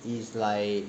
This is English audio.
is like